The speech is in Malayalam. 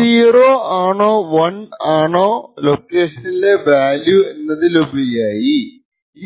0 ആണോ 1 ആണോ ആ ലൊക്കേഷനിലെ വാല്യൂ എന്നതിലുപരിയായി